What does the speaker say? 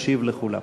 ישיב לכולם.